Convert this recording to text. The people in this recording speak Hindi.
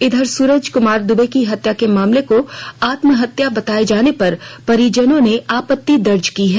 इधर सूरज कुमार दुबे की हत्या मामले को आत्महत्या बताए जाने पर परिजनों ने आपत्ति दर्ज की है